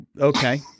Okay